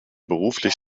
beruflich